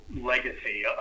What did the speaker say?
legacy